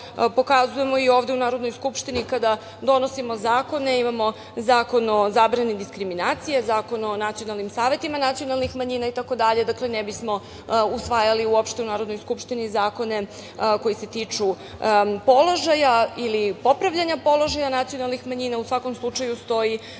pokazujemo ovde u Narodnoj skupštini kada donosimo zakone. Imamo Zakon o zabrani diskriminacije, Zakon o nacionalnim savetima nacionalnih manjina itd. Ne bismo usvajali u Narodnoj skupštini zakone koji se tiču položaja ili popravljanja položaja nacionalnih manjina… U svakom slučaju, stoji